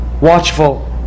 watchful